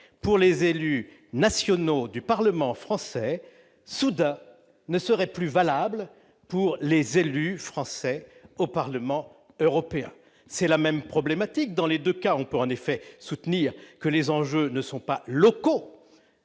pour les élus nationaux du Parlement français ne serait-il soudain plus valable pour les élus français au Parlement européen ? C'est la même problématique ! Dans les deux cas, on peut soutenir que les enjeux ne sont pas locaux,